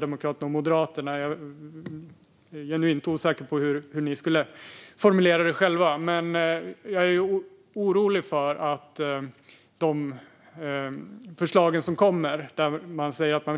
Jag är dock genuint osäker på hur Kristdemokraterna skulle formulera det. Förslagen